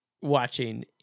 watching